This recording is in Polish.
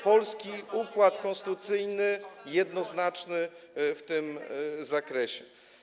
Polski układ konstytucyjny jest jednoznaczny w tym zakresie.